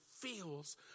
feels